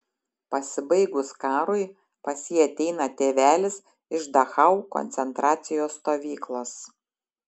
pasibaigus karui pas jį ateina tėvelis iš dachau koncentracijos stovyklos